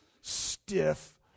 stiff